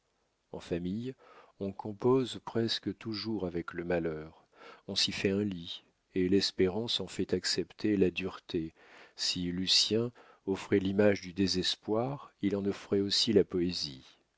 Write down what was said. en famille on compose presque toujours avec le malheur on s'y fait un lit et l'espérance en fait accepter la dureté si lucien offrait l'image du désespoir il en offrait aussi la poésie